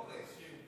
מסורת.